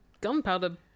gunpowder